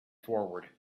forward